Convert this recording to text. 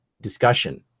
discussion